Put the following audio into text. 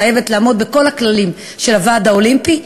חייבת לעמוד בכל הכללים של הוועד האולימפי,